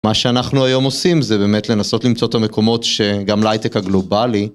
מה שאנחנו היום עושים זה באמת לנסות למצוא את המקומות שגם להייטק הגלובלי.